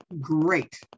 great